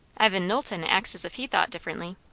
evan knowlton acts as if he thought differently.